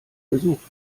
gesucht